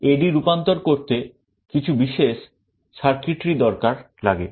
AD রূপান্তর করতে কিছু বিশেষ circuitry দরকার লাগে